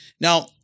Now